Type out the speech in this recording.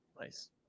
Nice